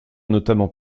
notamment